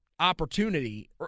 opportunity